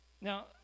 Now